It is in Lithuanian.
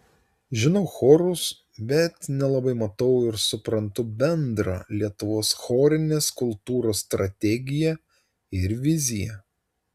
žinau chorus bet nelabai matau ir suprantu bendrą lietuvos chorinės kultūros strategiją ir viziją